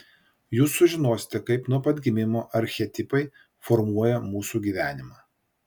jūs sužinosite kaip nuo pat gimimo archetipai formuoja mūsų gyvenimą